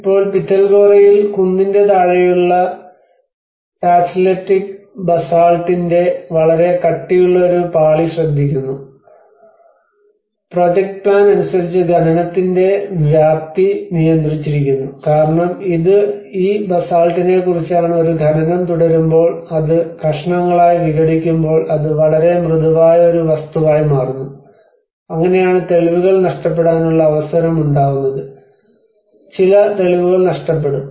ഇപ്പോൾ പിറ്റാൽഖോറയിൽ കുന്നിന്റെ താഴെയുള്ള ടാച്ചെലെറ്റിക് ബസാൾട്ടിന്റെ വളരെ കട്ടിയുള്ള ഒരു പാളി ശ്രദ്ധിക്കുന്നു പ്രൊജക്റ്റ് പ്ലാൻ അനുസരിച്ച് ഖനനത്തിന്റെ വ്യാപ്തി നിയന്ത്രിച്ചിരിക്കുന്നു കാരണം ഇത് ഈ ബസാൾട്ടിനെക്കുറിച്ചാണ് ഒരു ഖനനം തുടരുമ്പോൾ അത് കഷണങ്ങളായി വിഘടിക്കുമ്പോൾ അത് വളരെ മൃദുവായ ഒരു വസ്തുവായി മാറുന്നു അങ്ങനെയാണ് തെളിവുകൾ നഷ്ടപ്പെടാനുള്ള അവസരമുണ്ടാകുന്നത് ചില തെളിവുകൾ നഷ്ടപ്പെടും